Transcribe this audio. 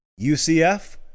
UCF